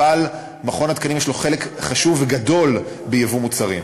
אבל למכון התקנים יש חלק חשוב וגדול בייבוא מוצרים.